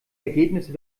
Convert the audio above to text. ergebnisse